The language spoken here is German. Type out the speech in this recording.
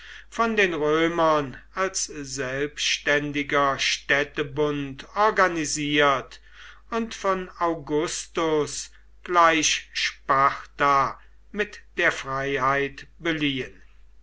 von den römern als selbständiger städtebund organisiert und von augustus gleich sparta mit der freiheit beliehen